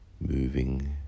moving